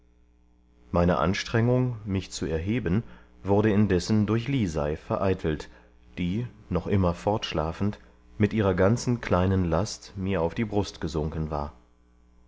meine anstrengung mich zu erheben wurde indessen durch lisei vereitelt die noch immer fortschlafend mit ihrer ganzen kleinen last mir auf die brust gesunken war